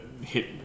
hit